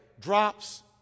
drops